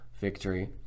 victory